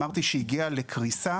אמרתי שהיא הגיעה לקריסה.